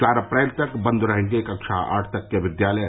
चार अप्रैल तक बंद रहेंगे कक्षा आठ तक के विद्यालय